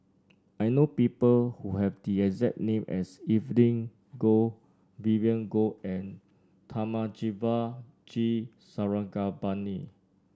I know people who have the exact name as Evelyn Goh Vivien Goh and Thamizhavel G Sarangapani